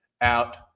out